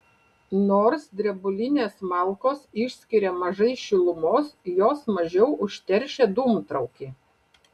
nors drebulinės malkos išskiria mažai šilumos jos mažiau užteršia dūmtraukį